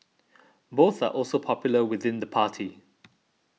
both are also popular within the party